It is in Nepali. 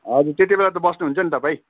हजुर त्यतिबेला त बस्नुहुन्छ नि तपाईँ